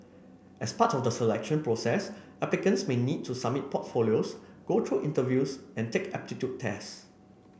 as part of the selection process applicants may need to submit portfolios go through interviews and take aptitude tests